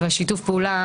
ושיתוף הפעולה,